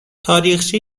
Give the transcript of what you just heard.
تاریخچه